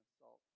salt